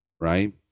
right